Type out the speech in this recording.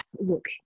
look